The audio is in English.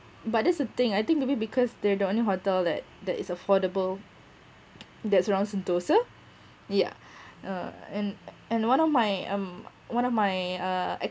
but that's the thing I think maybe because they're the only hotel like that is affordable that's around sentosa yeah uh and and one of my um one of my uh ex